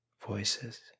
voices